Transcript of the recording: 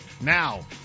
Now